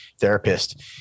therapist